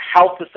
health